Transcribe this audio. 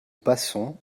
passons